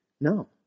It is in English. No